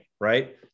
Right